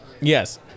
yes